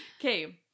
okay